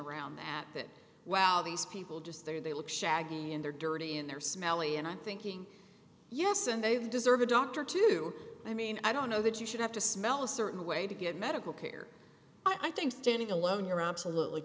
around that that wow these people just there they look shaggy and they're dirty and they're smelly and i'm thinking yes and they deserve a doctor too i mean i don't know that you should have to smell a certain way to get medical care i think standing alone you're absolutely